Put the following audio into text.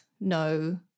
no